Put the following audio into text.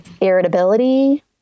irritability